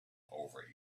over